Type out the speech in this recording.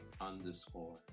underscore